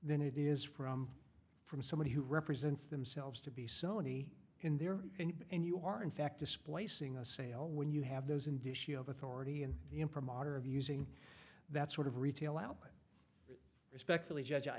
than it is from from somebody who represents themselves to be sony in there and you are in fact displacing a sale when you have those indicia of authority and the imprimatur of using that sort of retail outlet respectfully judge i